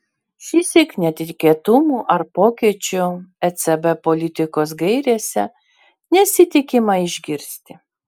šįsyk netikėtumų ar pokyčių ecb politikos gairėse nesitikima išgirsti